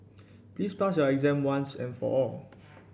please pass your exam once and for all